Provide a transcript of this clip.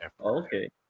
Okay